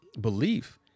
belief